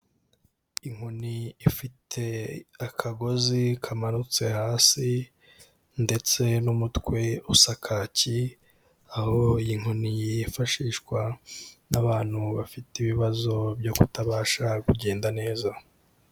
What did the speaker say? Inkoni ifite akagozi kamanutse hasi ndetse n'umutwe usa kaki, aho iyi nkoni yifashishwa n'abantu bafite ibibazo byo kutabasha kugenda neza.